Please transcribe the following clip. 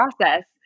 process